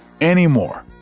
anymore